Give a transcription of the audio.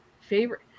favorite